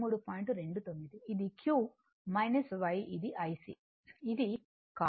29 ఇది q y ఇది IC ఇది కాదు q y IC